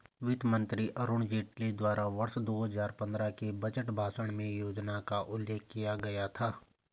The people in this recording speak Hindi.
वित्त मंत्री अरुण जेटली द्वारा वर्ष दो हजार पन्द्रह के बजट भाषण में योजना का उल्लेख किया गया था